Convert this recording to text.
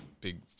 big